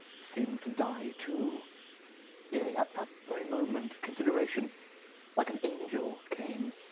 seem'd to dye too yea, at that very moment, consideration like an angell came,